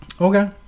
Okay